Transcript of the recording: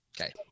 Okay